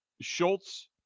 Schultz